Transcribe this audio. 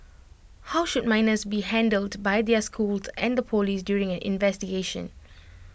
how should minors be handled by their schools and the Police during an investigation